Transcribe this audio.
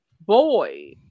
boy